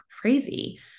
crazy